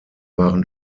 waren